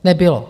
Nebylo.